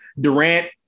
Durant